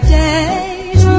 days